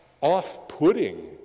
off-putting